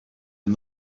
and